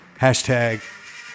Hashtag